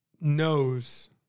knows